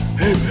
hey